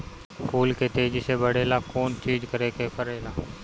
फूल के तेजी से बढ़े ला कौन चिज करे के परेला?